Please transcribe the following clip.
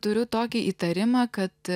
turiu tokį įtarimą kad